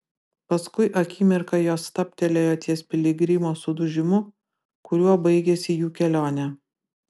paskui akimirką jos stabtelėjo ties piligrimo sudužimu kuriuo baigėsi jų kelionė